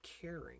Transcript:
caring